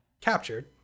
captured